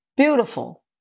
Beautiful